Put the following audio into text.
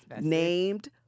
named